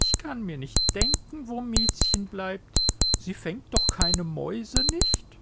ich kann mir nicht denken wo miezchen bleibt sie fängt doch keine mäuse nicht